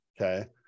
Okay